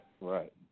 Right